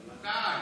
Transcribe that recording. מתי?